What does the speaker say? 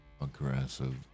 aggressive